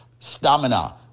Stamina